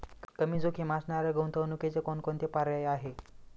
कमी जोखीम असणाऱ्या गुंतवणुकीचे कोणकोणते पर्याय आहे?